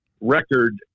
record